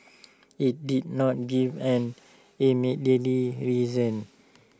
IT did not give an immediately reason